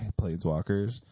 Planeswalkers